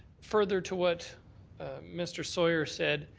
further to what mr. sawyer said,